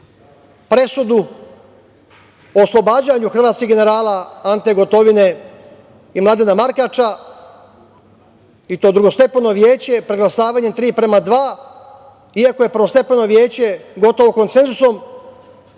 presudu o oslobađanju hrvatskih generala Ante Gotovine i Mladena Markača, i to Drugostepeno veće, preglasavanjem tri prema dva, iako je Prvostepeno veće gotovo konsenzusom